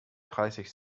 dreißig